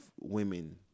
women